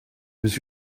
was